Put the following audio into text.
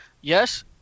Yes